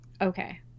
Okay